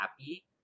happy